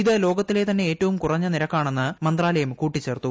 ഇത് ലോകത്തിലെ തന്നെ ഏറ്റവും കുറഞ്ഞ നിരക്കാണെന്ന് മന്ത്രാലയം കൂട്ടിച്ചേർത്തു